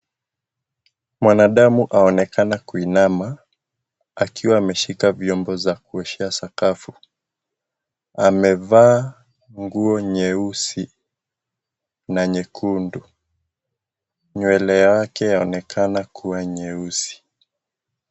Mwanadamu aonekana kuinama akiwa ameshika vyombo za kuoshea sakafu, amevaa nguo nyeusi na nyekundu, nywele yake yaonekana kua nyeusi.